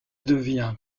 devient